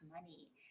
money